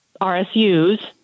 RSUs